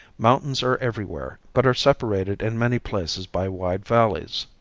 mountains are everywhere, but are separated in many places by wide valleys.